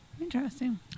Interesting